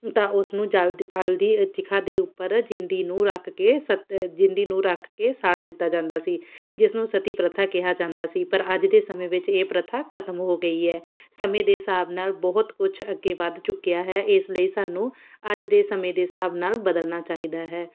ਤਾਂ ਉਸਨੂੰ ਜਲਦ ਬਲਦੀ ਅ ਚਿਖਾ ਦੇ ਉੱਪਰ ਜਿੰਦੀ ਨੂੰ ਰੱਖ ਕੇ ਸਤ ਜਿੰਦੀ ਨੂੰ ਰੱਖ ਕੇ ਸਾੜ ਦਿੱਤਾ ਜਾਂਦਾ ਸੀ ਜਿਸ ਨੂੰ ਸਤੀ ਪ੍ਰਥਾ ਕਿਹਾ ਜਾਂਦਾ ਸੀ ਪਰ ਅੱਜ ਦੇ ਸਮੇਂ ਵਿੱਚ ਇਹ ਪ੍ਰਥਾ ਖ਼ਤਮ ਹੋ ਗਈ ਹੈ ਸਮੇਂ ਦੇ ਹਿਸਾਬ ਨਾਲ਼ ਬਹੁਤ ਕੁਛ ਅੱਗੇ ਵੱਧ ਚੁੱਕਿਆ ਹੈ ਇਸ ਲਈ ਸਾਨੂੰ ਅੱਜ ਦੇ ਸਮੇਂ ਦੇ ਹਿਸਾਬ ਨਾਲ਼ ਬਦਲਣਾ ਚਾਹੀਦਾ ਹੈ